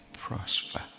prosper